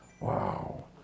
Wow